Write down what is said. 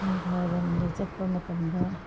ꯅꯨꯡꯗꯥꯡꯋꯥꯏꯔꯝꯗ ꯆꯠꯄ ꯃꯇꯝꯗ